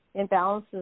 imbalances